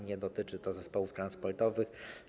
Nie dotyczy to zespołów transportowych.